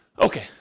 Okay